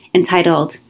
entitled